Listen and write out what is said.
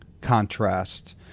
contrast